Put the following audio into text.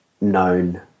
known